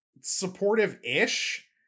supportive-ish